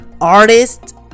artist